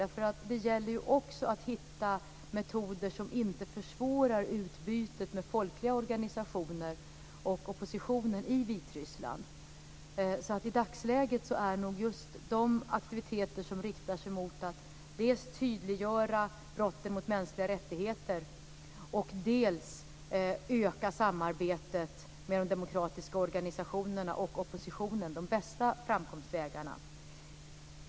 Det gäller att hitta metoder som inte försvårar utbytet med folkliga organisationer och med oppositionen i Vitryssland. I dagsläget är nog de aktiviteter som riktar sig mot att dels tydliggöra brotten mot mänskliga rättigheter, dels öka samarbetet med de demokratiska organisationerna och oppositionen de bästa framkomstvägarna.